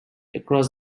across